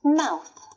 mouth